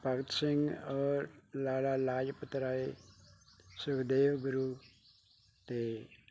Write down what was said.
ਭਗਤ ਸਿੰਘ ਔਰ ਲਾਲਾ ਲਾਜਪਤ ਰਾਏ ਸੁਖਦੇਵ ਗੁਰੂ ਅਤੇ